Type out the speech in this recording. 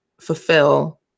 fulfill